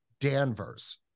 Danvers